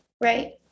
Right